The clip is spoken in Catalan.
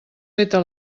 feta